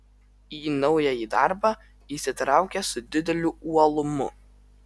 į naująjį darbą įsitraukė su dideliu uolumu